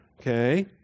Okay